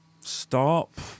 Stop